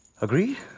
Agree